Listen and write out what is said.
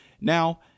Now